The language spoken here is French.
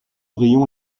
rayon